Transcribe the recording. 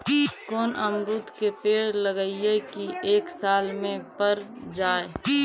कोन अमरुद के पेड़ लगइयै कि एक साल में पर जाएं?